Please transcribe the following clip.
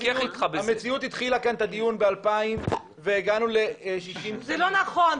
המציאות התחילה כאן את הדיון ב-2,000 והגענו ל-60 --- זה לא נכון,